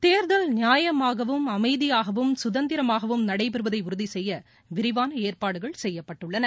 தேர்தல் நியாயமாகவும் அமைதியாகவும் சுதந்திரமாகவும் நடைபெறுவதை உறுதிசெய்ய விரிவான ஏற்பாடுகள் செய்யப்பட்டுள்ளன